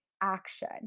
action